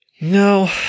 no